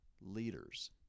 leaders